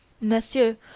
Monsieur